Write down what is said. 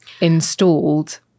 installed